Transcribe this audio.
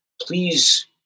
please